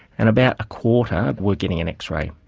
and about a quarter were getting an x-ray.